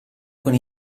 con